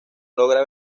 logra